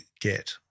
get